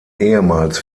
ehemals